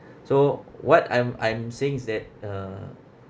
so what I'm I'm saying is that uh